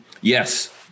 Yes